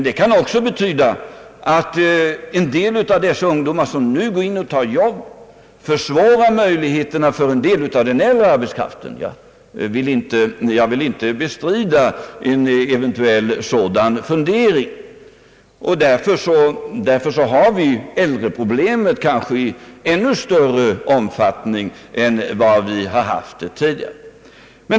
Detta kan emellertid också betyda att möjligheterna för den äldre arbetskraften att få arbete har försämrats. Jag vill inte bestrida en eventuell sådan fundering. Därför har vi också äldreproblemet i kanske ännu större omfattning än vad vi har haft tidigare.